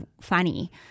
funny